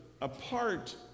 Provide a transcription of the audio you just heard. apart